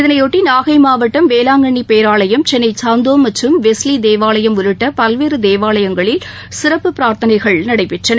இதையொட்டி நாகை மாவட்டம் வேளாங்கண்ணி பேராலயம் சென்னை சாந்தோம் மற்றும் வெஸ்லி தேவாலயம் உள்ளிட்ட பல்வேறு தேவாலயங்களில் சிறப்பு பிரார்த்தனைகள் நடைபெற்றன